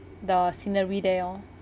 the scenery there orh